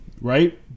Right